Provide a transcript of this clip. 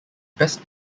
best